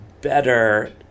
better